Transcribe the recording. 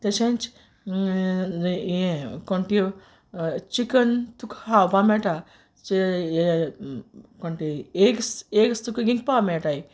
तेशेंच यें कोन त्यो चिकन तुक हावपा मेट्टा तें यें कोण तें येग्स येग्स तुक इंकपा मेटाय